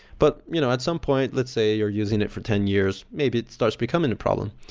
but you know at some point, let's say, you're using it for ten years. maybe it starts becoming a problem.